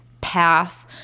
path